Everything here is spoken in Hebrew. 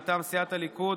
מטעם סיעת הליכוד,